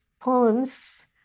poems